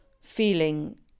feeling